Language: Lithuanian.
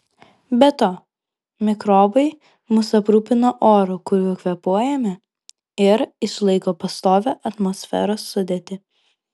be to mikrobai mus aprūpina oru kuriuo kvėpuojame ir išlaiko pastovią atmosferos sudėtį